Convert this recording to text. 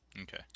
Okay